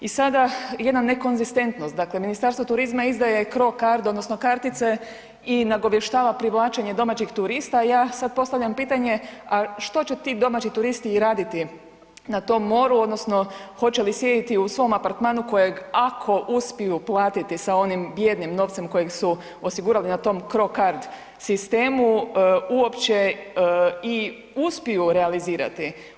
I sada jedna nekonzistentnost, dakle Ministarstvo izdaje CRO card odnosno kartice i nagovještava privlačenje domaćih turista a ja sad postavljam pitanje, a što će ti domaći turisti raditi na tom moru odnosno hoće li sjediti u svom apartmanu kojeg ako uspiju platiti sa onim bijednim novcem kojeg su osigurali na tom CRO card sistemu uopće i uspiju realizirati?